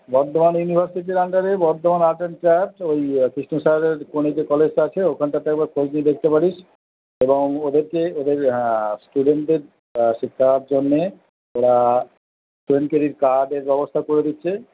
বর্ধমান ইউনিভার্সিটির আন্ডারে Bardhaman art and craft ওই কৃষ্ণসাহেবের যে কলেজটা আছে ওখানটাতে একবার খোঁজ নিয়ে দেখতে পারিস এবং ওদেরকে ওদের হ্যাঁ স্টুডেন্টদের শেখার জন্যে ওরা স্টুডেন্ট ক্রেডিট কার্ডের ব্যবস্থা করে দিচ্ছে